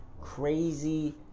crazy